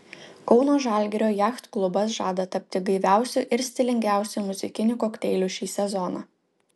kauno žalgirio jachtklubas žada tapti gaiviausiu ir stilingiausiu muzikiniu kokteiliu šį sezoną